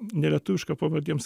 nelietuvišką pavardėms